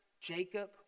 Jacob